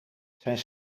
zijn